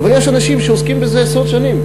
אבל יש אנשים שעוסקים בזה עשרות שנים,